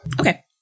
Okay